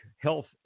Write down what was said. health